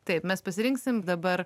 taip mes pasirinksim dabar